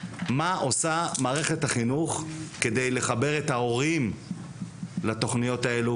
מה עושה מערכת החינוך כדי לחבר את ההורים לתכניות האלה,